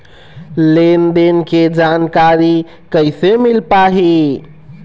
लेन देन के जानकारी कैसे मिल पाही?